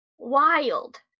wild